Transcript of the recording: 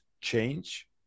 change